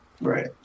Right